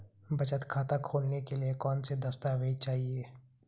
बचत खाता खोलने के लिए कौनसे दस्तावेज़ चाहिए?